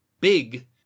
big